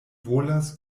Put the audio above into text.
volas